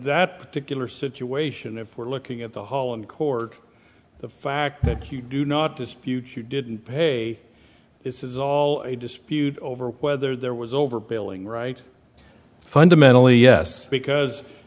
that particular situation if we're looking at the hall and court the fact that you do not dispute you didn't pay it is all a dispute over whether there was over billing right fundamentally yes because